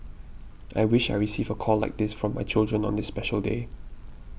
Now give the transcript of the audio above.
I wish I receive a call like this from my children on this special day